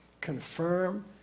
confirm